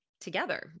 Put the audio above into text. together